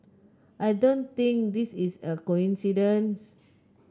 I don't think this is a coincidence